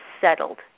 settled